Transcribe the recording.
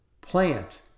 Plant